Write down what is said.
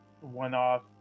one-off